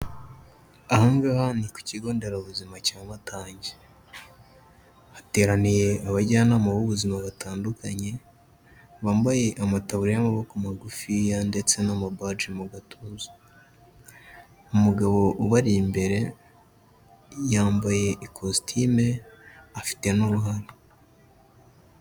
Ahangaha ni ku kigo nderabuzima cya Matage. Hateraniye abajyanama b'ubuzima batandukanye, bambaye amataburiya y'amaboko magufiya ndetse n'amabaji mu gatuza. Umugabo ubari imbere yambaye ikositime afite n'uruhara.